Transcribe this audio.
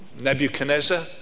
Nebuchadnezzar